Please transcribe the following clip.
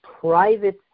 private